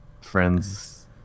friends